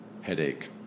headache